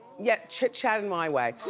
yeah, chitchat and myway.